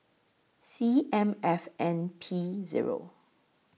C M F N P Zero